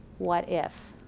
what if.